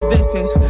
distance